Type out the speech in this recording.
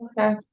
okay